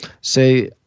say